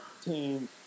Team